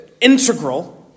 Integral